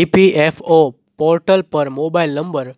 EPFO portal પર mobile number